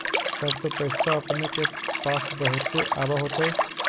तब तो पैसबा अपने के पास बहुते आब होतय?